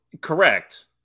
Correct